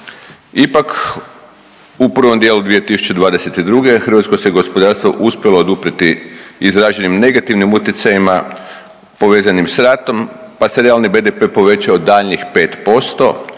Ipak, u prvom dijelu 2022. hrvatsko se gospodarstvo uspjelo oduprijeti izraženim negativnim utjecajima povezanim s ratom pa se realni BDP povećao daljnjih 5%